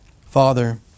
Father